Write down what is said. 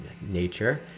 nature